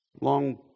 Long